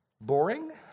boring